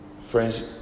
Friends